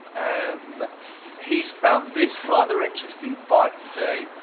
um he's found this rather interesting bike today.